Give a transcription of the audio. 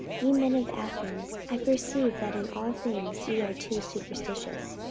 ye men of athens, i perceive that in all things ye are too superstitious.